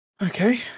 Okay